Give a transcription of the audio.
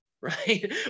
right